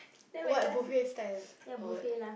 what buffet style oh